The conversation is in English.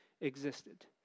existed